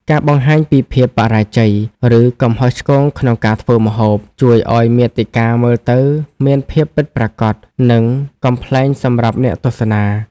ការបង្ហាញពីភាពបរាជ័យ ឬកំហុសឆ្គងក្នុងការធ្វើម្ហូប ជួយឱ្យមាតិកាមើលទៅមានភាពពិតប្រាកដ និងកំប្លែងសម្រាប់អ្នកទស្សនា។